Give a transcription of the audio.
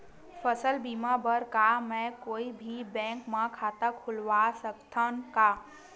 फसल बीमा बर का मैं कोई भी बैंक म खाता खोलवा सकथन का?